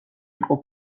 იყო